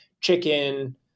chicken